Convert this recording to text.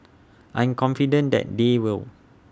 I'm confident that they will